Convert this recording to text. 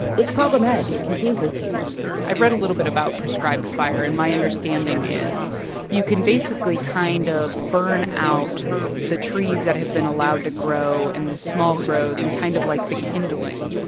it's problematic. it confuses people i've read a little bit about prescribed fire, and my understanding is you can basically kind of burn out the trees that have been allowed to grow and the small growth and kind of, like, the kindling.